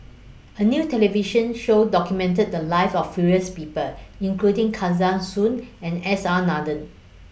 A New television Show documented The Lives of various People including Kesavan Soon and S R Nathan